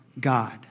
God